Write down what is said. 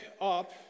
up